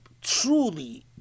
truly